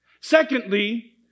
Secondly